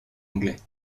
anglais